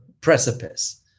precipice